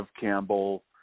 Campbell